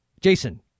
Jason